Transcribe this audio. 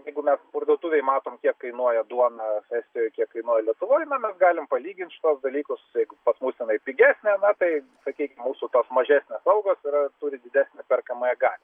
jeigu mes parduotuvėj matom kiek kainuoja duona estijoj kiek kainuoja lietuvoj na mes galim palygint šiuos dalykus jeigu pas mus jinai pigesnė na tai sakykim mūsų mažesnės algos yra turi didesnę perkamąją galią